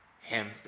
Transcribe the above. Hemp